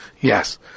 Yes